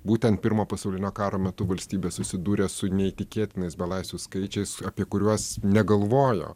būtent pirmo pasaulinio karo metu valstybė susidūrė su neįtikėtinais belaisvių skaičiais apie kuriuos negalvojo